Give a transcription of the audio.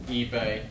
eBay